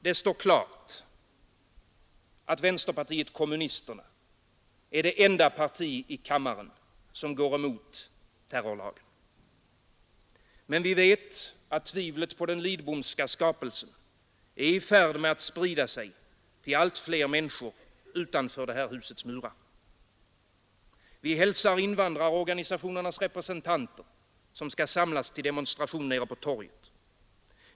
Det står klart, att vänsterpartiet kommunisterna är det enda parti i kammaren som går emot terrorlagen. Men vi vet att tvivlet på den Lidbomska skapelsen är i färd med att sprida sig till allt fler människor utanför det här husets murar. Vi hälsar invandrarorganisationernas representanter, som skall samlas till demonstration nere på torget.